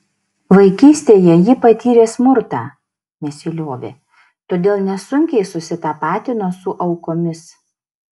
vaikystėje ji patyrė smurtą nesiliovė todėl nesunkiai susitapatino su aukomis